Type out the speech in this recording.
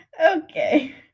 Okay